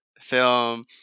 film